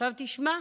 עכשיו תשמע,